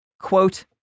Quote